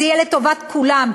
זה יהיה לטובת כולם,